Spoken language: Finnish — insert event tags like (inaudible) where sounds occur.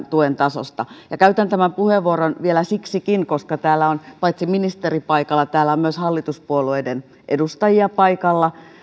(unintelligible) tuen tasosta käytän tämän puheenvuoron vielä siksikin että täällä on paitsi ministeri myös hallituspuolueiden edustajia paikalla